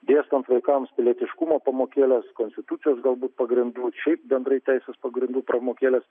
dėstant vaikams pilietiškumo pamokėles konstitucijos galbūt pagrindų šiaip bendrai teisės pagrindų pramokėles